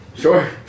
Sure